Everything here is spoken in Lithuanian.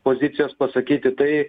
pozicijos pasakyti tai